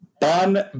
Bun